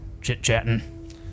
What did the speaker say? chit-chatting